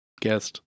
guest